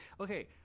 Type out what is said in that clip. Okay